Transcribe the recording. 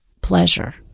pleasure